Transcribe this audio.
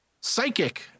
psychic